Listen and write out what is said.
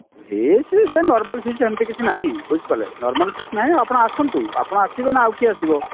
fees ସିଏ normal fees ସେମତି କିଛି ନାହିଁ ବୁଝିପାରିଲେ ନର୍ମାଲ କିଛି ନାହିଁ ଆପଣ ଆସନ୍ତୁ ଆପଣ ଆସିବେ ନା ଆଉ କିଏ ଆସିବ